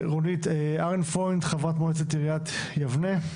לרונית ארנפרוינד, חברת מועצת עיריית יבנה,